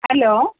hello